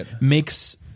makes –